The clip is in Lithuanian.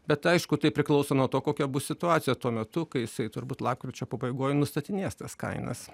bet aišku tai priklauso nuo to kokia bus situacija tuo metu kai jisai turbūt lapkričio pabaigoj nustatinės tas kainas